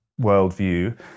worldview